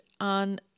on